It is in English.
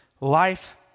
Life